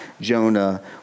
Jonah